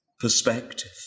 perspective